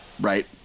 right